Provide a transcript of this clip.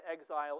exile